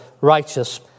righteous